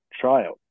tryout